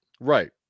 Right